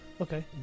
Okay